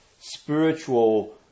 spiritual